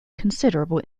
considerable